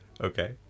Okay